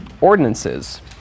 Ordinances